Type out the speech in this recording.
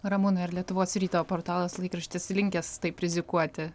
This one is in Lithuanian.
ramūnai ar lietuvos ryto portalas laikraštis linkęs taip rizikuoti